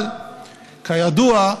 אבל כידוע,